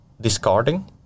Discarding